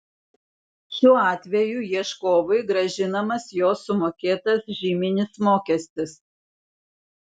šiuo atveju ieškovui grąžinamas jo sumokėtas žyminis mokestis